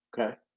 Okay